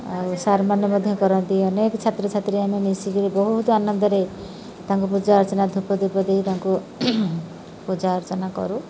ଆଉ ସାର୍ମାନେ ମଧ୍ୟ କରନ୍ତି ଅନେକ ଛାତ୍ରଛାତ୍ରୀ ଆମେ ମିଶିକରି ବହୁତ ଆନନ୍ଦରେ ତାଙ୍କୁ ପୂଜା ଅର୍ଚ୍ଚନା ଧୂପ ଧୀପ ଦେଇ ତାଙ୍କୁ ପୂଜା ଅର୍ଚ୍ଚନା କରୁ